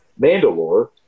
Mandalore